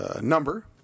number